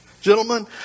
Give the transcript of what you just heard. Gentlemen